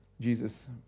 Jesus